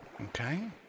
Okay